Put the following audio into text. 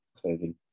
clothing